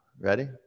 ready